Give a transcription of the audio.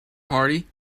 party